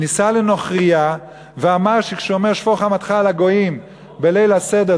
שנישא לנוכרייה ואמר שכשהוא אומר "שפוך חמתך על הגויים" בליל הסדר,